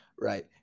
Right